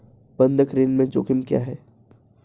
बंधक ऋण के जोखिम क्या हैं?